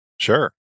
Sure